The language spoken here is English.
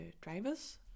drivers